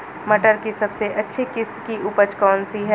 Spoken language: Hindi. टमाटर की सबसे अच्छी किश्त की उपज कौन सी है?